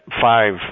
five